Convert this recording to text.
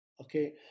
okay